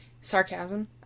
Sarcasm